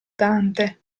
dante